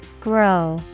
Grow